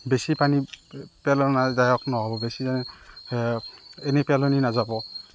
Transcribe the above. বেছি পানী পেলোৱা নাযায় বেছি পানী এনেই পেলনী নাযাব